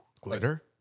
glitter